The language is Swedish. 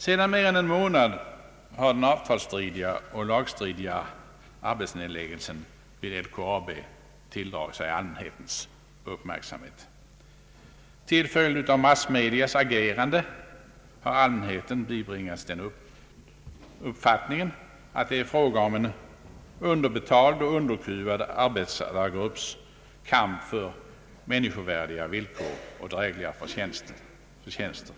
Sedan mer än en månad har den avtalsstridiga och lagstridiga arbetsnedläggelsen vid LKAB tilldragit sig allmänhetens uppmärksamhet. Till följd av massmedias agerande har allmänheten bibringats den uppfattningen att det är fråga om en underbetald och underkuvad arbetsgrupps kamp för människovärdiga villkor och drägliga förtjänster. Så är emellertid inte fallet.